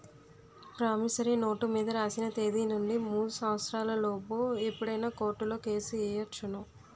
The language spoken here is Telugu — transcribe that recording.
ప్రామిసరీ నోటు మీద రాసిన తేదీ నుండి మూడు సంవత్సరాల లోపు ఎప్పుడైనా కోర్టులో కేసు ఎయ్యొచ్చును